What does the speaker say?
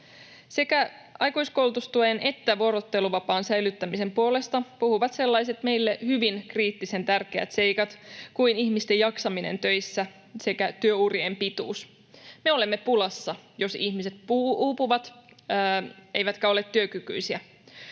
Sekä aikuiskoulutustuen että vuorotteluvapaan säilyttämisen puolesta puhuvat sellaiset meille hyvin kriittisen tärkeät seikat kuin ihmisten jaksaminen töissä sekä työurien pituus. Me olemme pulassa, jos ihmiset puhuvat uupuvat eivätkä ole työkykyisiä.